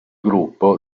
gruppo